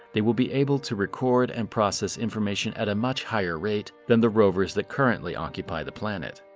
they will be able to record and process information at a much higher rate than the rovers that currently occupy the planet.